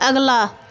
अगला